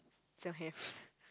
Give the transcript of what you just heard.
don't have